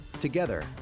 Together